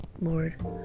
Lord